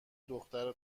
دختر